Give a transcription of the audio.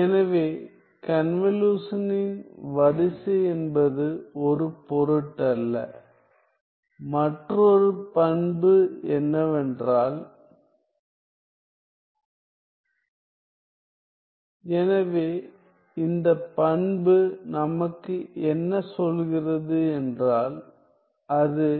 எனவே கன்வலுஷனின் வரிசை என்பது ஒரு பொருட்டல்ல மற்றொரு பண்பு என்னவென்றால் எனவே இந்த பண்பு நமக்கு என்ன சொல்கிறது என்றால் அது